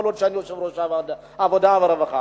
כל עוד אני יושב-ראש ועדת העבודה והרווחה.